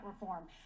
reform